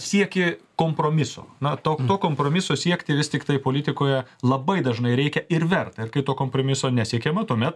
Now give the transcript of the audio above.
siekį kompromiso na to kompromiso siekti vis tiktai politikoje labai dažnai reikia ir verta ir kai to kompromiso nesiekiama tuomet